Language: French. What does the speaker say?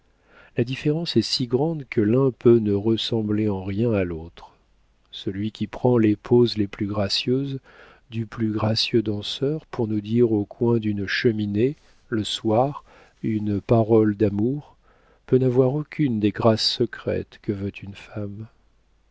la différence est si grande que l'un peut ne ressembler en rien à l'autre celui qui prend les poses les plus gracieuses du plus gracieux danseur pour nous dire au coin d'une cheminée le soir une parole d'amour peut n'avoir aucune des grâces secrètes que veut une femme